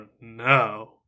no